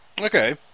Okay